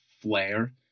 flare